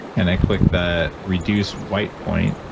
and i click the reduce white point,